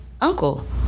uncle